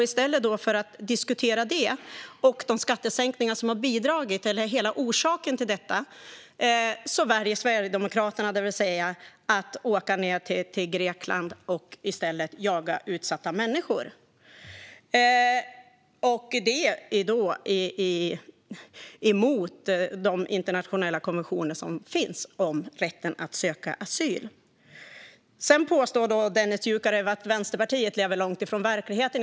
I stället för att diskutera det och de skattesänkningar som har bidragit till detta, eller är hela orsaken till det, väljer Sverigedemokraterna alltså att åka ned till Grekland och jaga utsatta människor - och det trots att det går emot de internationella konventioner som finns om rätten att söka asyl. Dennis Dioukarev påstår att Vänsterpartiet lever långt ifrån verkligheten.